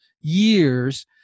years